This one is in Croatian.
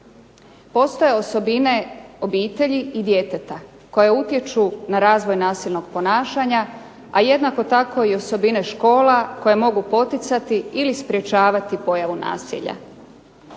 Postoje osobine obitelji i djeteta koje utječu na razvoj nasilnog ponašanja, a jednako tako i osobine škola koje mogu poticati ili sprečavati pojavu nasilja.